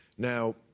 Now